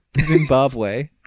Zimbabwe